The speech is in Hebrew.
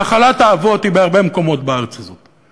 נחלת האבות היא בהרבה מקומות בארץ הזאת.